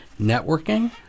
networking